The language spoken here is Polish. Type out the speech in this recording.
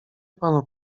panu